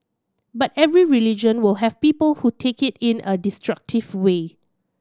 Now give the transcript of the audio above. but every religion will have people who take it in a destructive way